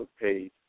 page